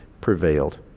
prevailed